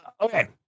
okay